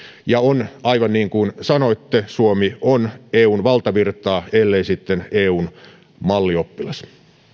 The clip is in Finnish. ja on aivan niin kuin sanoitte suomi on eun valtavirtaa ellei sitten eun mallioppilas no niin